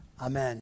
Amen